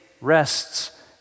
rests